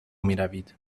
میروید